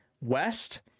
West